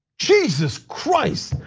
jesus christ.